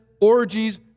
orgies